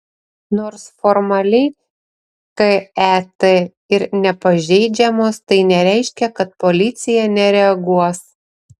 nors formaliai ket ir nepažeidžiamos tai nereiškia kad policija nereaguos